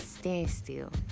standstill